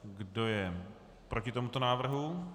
Kdo je proti tomuto návrhu?